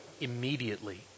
immediately